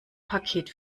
paket